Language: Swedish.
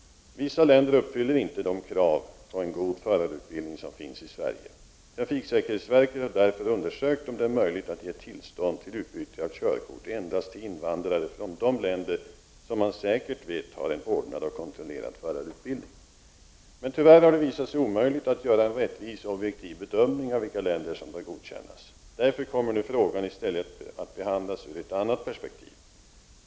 Vissa länder uppfyller inte de krav på en god förarutbildning som finns i Sverige. Trafiksäkerhetsverket har därför undersökt om det är möjligt att ge tillstånd till utbyte av körkort endast till invandrare från de länder som man säkert vet har en ordnad och kontrollerad förarutbildning. Men tyvärr har det visat sig omöjligt att göra en rättvis och objektiv bedömning av vilka länder som bör godkännas. Därför kommer nu frågan i stället att behandlas ur ett annat perspektiv.